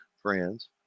Friends